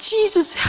Jesus